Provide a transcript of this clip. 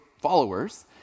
followers